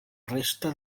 resta